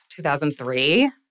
2003